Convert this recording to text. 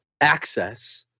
access